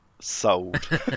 Sold